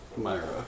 Myra